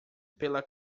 pela